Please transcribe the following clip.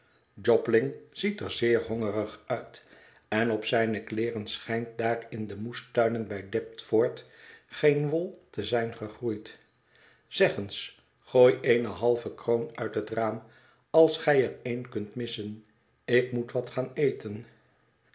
jobling ziet er zeer hongerig uit en op zijne kleeren schijnt daar in de moestuinen bij d e p t ford geene wol te zijn gegroeid zeg eens gooi eene halve kroon uit het raam als gij er eene kunt missen ik moet wat gaan eten